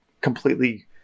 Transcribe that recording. completely